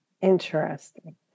Interesting